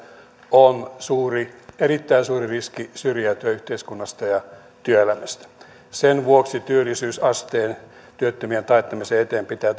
on erittäin suuri riski syrjäytyä yhteiskunnasta ja työelämästä sen vuoksi työllisyysasteen työttömyyden taittamisen eteen pitää